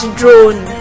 drone